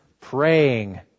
Praying